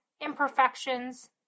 imperfections